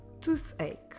toothache